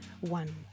one